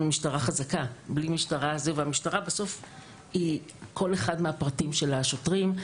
משטרה חזקה והמשטרה בסוף היא כל אחד מהפרטים שלה השוטרים.